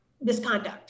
misconduct